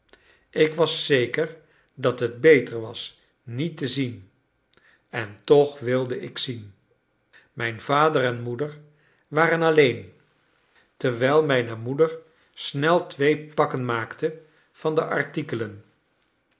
ik was zeker dat het beter was niet te zien en toch wilde ik zien mijn vader en moeder waren alleen terwijl mijne moeder snel twee pakken maakte van de artikelen